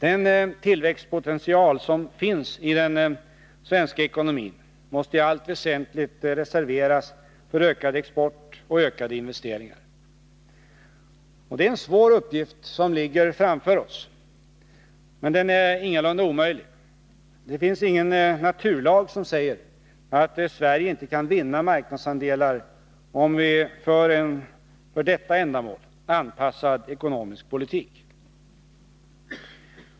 Den tillväxtpotential som finns i den svenska ekonomin måste i allt väsentligt reserveras för ökad export och ökade investeringar. Det är en svår uppgift som ligger framför oss. Men den är ingalunda omöjlig. Det finns ingen naturlag som säger att Sverige inte kan vinna marknadsandelar, om vi för en för detta ändamål anpassad ekonomisk politik.